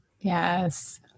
Yes